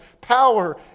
power